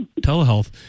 telehealth